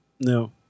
No